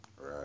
Right